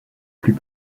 plus